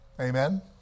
Amen